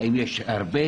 האם יש הרבה?